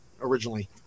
originally